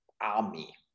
army